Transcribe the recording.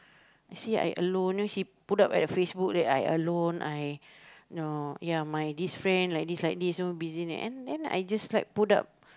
you see I alone then she put up at the Facebook that I alone I you know ya my this friend like this like this you know busy and then I just like put up